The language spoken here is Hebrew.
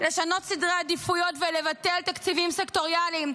לשנות סדרי עדיפויות ולבטל תקציבים סקטוריאליים.